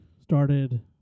started